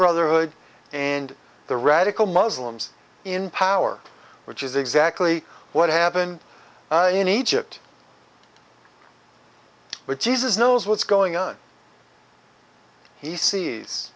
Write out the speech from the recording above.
brotherhood and the radical muslims in power which is exactly what haven't in egypt with jesus knows what's going on he sees